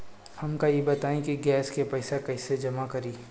हमका ई बताई कि गैस के पइसा कईसे जमा करी?